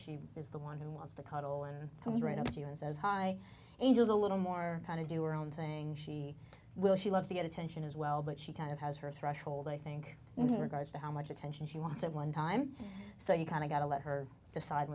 she is the one who wants to cuddle and comes right up to you and says hi angels a little more kind of do or own thing she will she loves to get attention as well but she kind of has her threshold i think in the regards to how much attention she wants at one time so you kind of got to let her decide